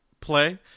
play